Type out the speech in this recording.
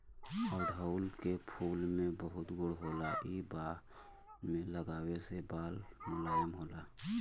अढ़ऊल के फूल में बहुत गुण होला इ बाल में लगावे से बाल मुलायम होला